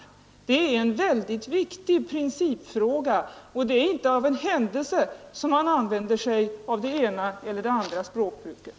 Det är en väldigt viktig principfråga, och det är inte av en händelse som man använder sig av det ena eller det andra språkbruket.